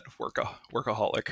workaholic